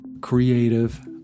Creative